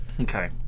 Okay